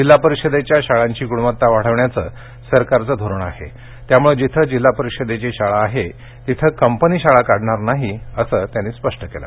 जिल्हा परिषदेच्या शाळांची ग्णवत्ता वाढवण्याचं सरकारचं धोरण आहे त्यामुळे जिथे जिल्हा परिषद शाळा आहेत तिथं कंपनी शाळा काढणार नाही असं त्यांनी स्पष्ट केलं